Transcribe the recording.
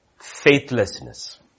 faithlessness